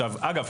אגב,